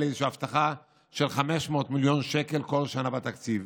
איזושהי הבטחה של 500 מיליון שקל כל שנה בתקציב,